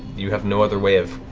you have no other way of